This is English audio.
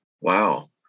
wow